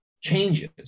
changes